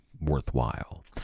worthwhile